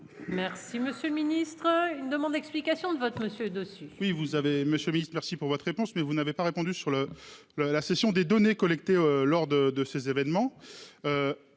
Merci monsieur le ministre, une demande d'explication de vote monsieur dessus.